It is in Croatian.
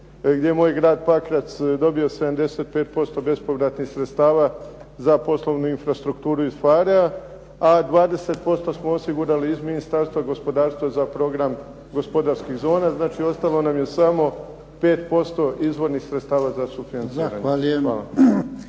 gdje je moj grad Pakrac dobio 75% bespovratnih sredstava za poslovnu infrastrukturu iz PHARE-a, a 20% smo osigurali iz Ministarstva gospodarstva za program gospodarskih zona. Znači ostalo nam je samo 5% izvornih sredstava za sufinanciranje.